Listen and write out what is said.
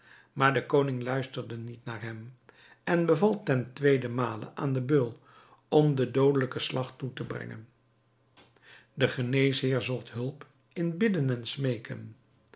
maar de koning luisterde niet naar hem en beval ten tweeden male aan den beul om den doodelijken slag toe te brengen de geneesheer zocht hulp in bidden en smeeken